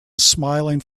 smiling